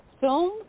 film